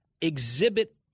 exhibit